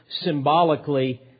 symbolically